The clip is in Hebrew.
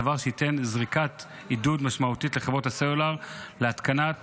דבר שייתן זריקת עידוד משמעותית לחברות הסלולר להתקנת